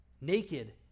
naked